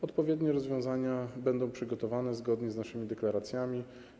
Odpowiednie rozwiązania będą przygotowane zgodnie z naszymi deklaracjami.